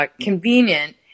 convenient